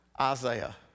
Isaiah